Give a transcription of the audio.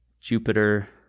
Jupiter